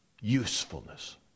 usefulness